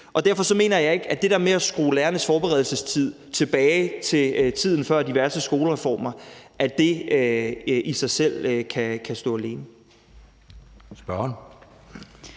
og derfor mener jeg ikke, at det der med at skrue lærernes forberedelsestid tilbage til tiden før diverse skolereformer i kan stå alene.